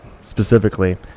specifically